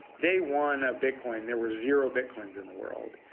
day one of bitcoin there were zero bitcoins in the world.